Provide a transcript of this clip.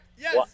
Yes